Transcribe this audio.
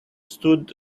stood